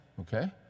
okay